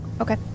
Okay